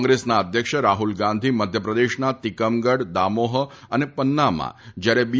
કોંગ્રેસ અધ્યક્ષ રાહુલ ગાંધી મધ્યપ્રદેશના તિકમગઢ દામોહ તથા પન્નામાં જયારે બી